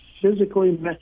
physically